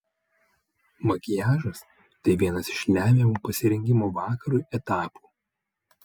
makiažas tai vienas iš lemiamų pasirengimo vakarui etapų